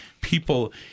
people